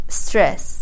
stress